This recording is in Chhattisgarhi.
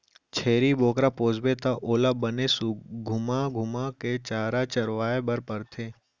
छेरी बोकरा पोसबे त ओला बने घुमा घुमा के चारा चरवाए बर परथे